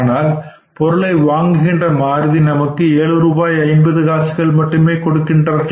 ஆனால் பொருளை வாங்குகின்ற மாருதி நமக்கு 7 ரூபாய் 50 காசுகள் எல்லாம் கொடுக்கிறார்கள்